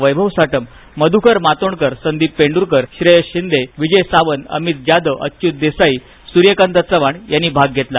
वैभव साटम मधूकर मातोंडकर संदीप पेंडुरकर श्रेयश शिंदे विजय सावंत अमित जाधव अच्युत देसाई सूर्यकांत चव्हाण यांनी भाग घेतला